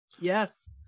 yes